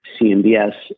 CMBS